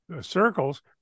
circles